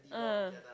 ah